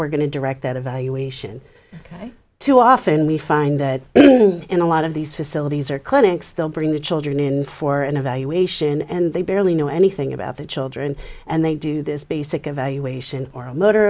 we're going to direct that evaluation too often we find that in a lot of these facilities or clinics they'll bring the children in for an evaluation and they barely know anything about the children and they do this basic evaluation or a motor